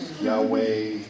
Yahweh